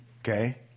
Okay